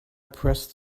pressed